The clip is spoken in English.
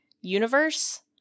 universe